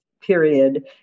period